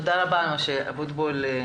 תודה רבה משה אבוטבול.